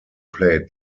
played